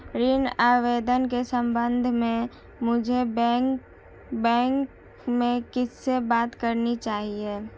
ऋण आवेदन के संबंध में मुझे बैंक में किससे बात करनी चाहिए?